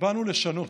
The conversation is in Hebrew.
באנו לשנות.